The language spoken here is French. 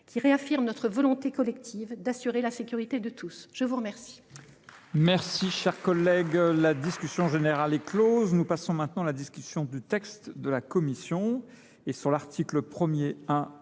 qui réaffirme notre volonté collective d’assurer la sécurité de tous. La discussion